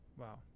Wow